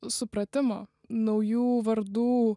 supratimo naujų vardų